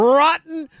rotten